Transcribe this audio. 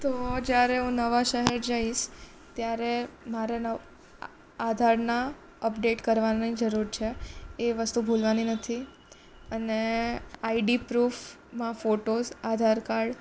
તો જ્યારે હું નવા શહેર જઇશ ત્યારે મારે આધારના અપડેટ કરવાની જરૂર છે એ વસ્તુ ભૂલવાની નથી અને આઈડી પ્રૂફમાં ફોટોસ આધાર કાર્ડ